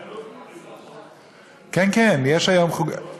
הרי הם לא כלולים, כן כן, יש היום, רגע.